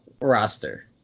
roster